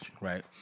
right